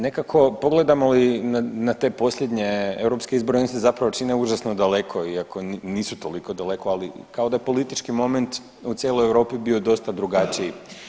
Nekako pogledamo li na te posljednje europske izbore oni se zapravo čine užasno daleko iako nisu toliko daleko, ali kao da je politički moment u cijeloj Europi bio dosta drugačiji.